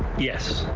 yes.